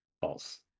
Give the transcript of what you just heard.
False